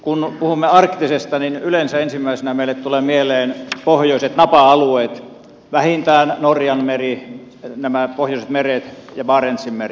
kun puhumme arktisesta niin yleensä ensimmäisenä meille tulee mieleen pohjoiset napa alueet vähintään norjanmeri nämä pohjoiset meret ja barentsinmeri